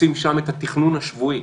עושים שם את התכנון השבועי,